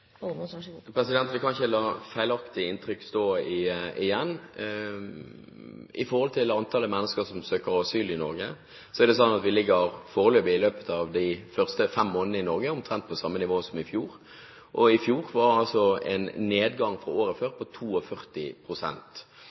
Vi kan ikke la feilaktige inntrykk stå igjen. Når det gjelder antallet mennesker som søker asyl i Norge, er det slik at vi i løpet av de første fem månedene foreløpig ligger på omtrent samme nivå som i fjor. I fjor var det en nedgang fra året før på